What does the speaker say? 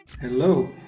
Hello